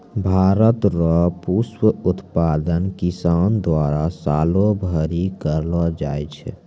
भारत रो पुष्प उत्पादन किसान द्वारा सालो भरी करलो जाय छै